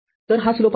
तर हा स्लोप आहे